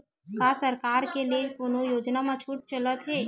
का सरकार के ले कोनो योजना म छुट चलत हे?